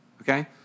okay